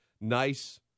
nice